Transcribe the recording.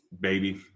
baby